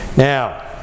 Now